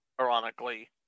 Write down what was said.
ironically